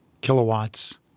kilowatts